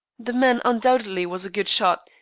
the man undoubtedly was a good shot,